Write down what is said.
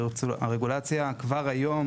הרגולציה כבר היום,